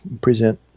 present